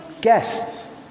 guests